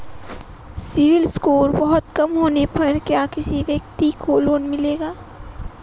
CIBIL score बहुत कम होने पर क्या किसी व्यक्ति को लोंन मिलेगा?